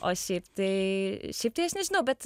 o šiaip tai šiaip tai aš nežinau bet